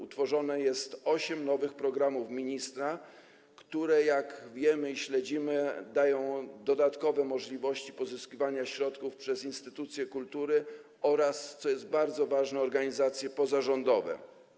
Utworzono osiem nowych programów ministra, które, jak wiemy, śledzimy to, dają dodatkowe możliwości pozyskiwania środków przez instytucje kultury oraz, co jest bardzo ważne, organizacje pozarządowe.